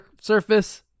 surface